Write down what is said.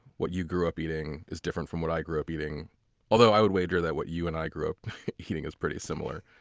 what you grew up eating is different from what i grew up eating although i would wager that what you and i grew up eating is pretty similar.